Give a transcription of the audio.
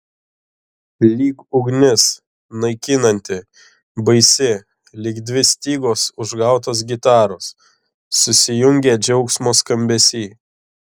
lyg ugnis naikinanti baisi lyg dvi stygos užgautos gitaros susijungę džiaugsmo skambesy